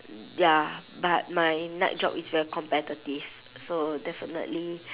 ya but my night job is very competitive so definitely